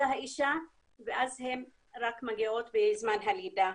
את האישה ואז הן מגיעות רק בזמן הלידה.